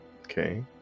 Okay